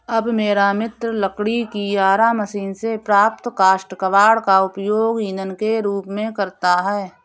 मेरा मित्र लकड़ी की आरा मशीन से प्राप्त काष्ठ कबाड़ का उपयोग ईंधन के रूप में करता है